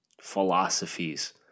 philosophies